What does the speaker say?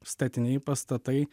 statiniai pastatai